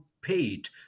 paid